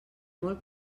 molt